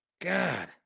God